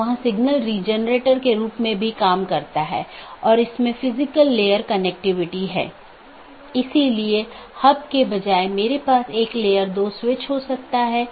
तो ये वे रास्ते हैं जिन्हें परिभाषित किया जा सकता है और विभिन्न नेटवर्क के लिए अगला राउटर क्या है और पथों को परिभाषित किया जा सकता है